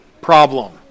problem